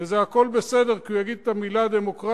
וזה הכול בסדר כי הוא יגיד את המלה "דמוקרטיה",